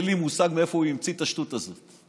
אין לי מושג מאיפה הוא המציא את השטות הזאת.